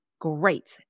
great